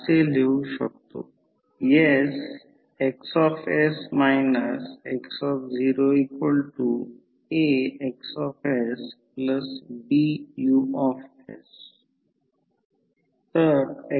उदाहरणार्थ फेसर आकृतीमध्ये हा फ्लक्स आहे तो ∅ आहे असे म्हणू तर sinusoidal variation ∅ M sin ω t हा ∅ M sin ω t आहे हा फ्लक्स आहे आणि ∅ एक संदर्भ म्हणून घेत आहेत